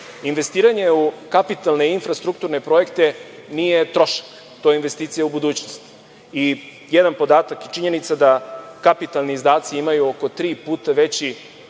u kapitalne infrastrukturne projekte nije trošak, to je investicija u budućnost i jedan podatak i činjenica da kapitalni izdaci imaju oko tri puta veći